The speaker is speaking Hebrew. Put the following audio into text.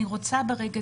אני רוצה לפנות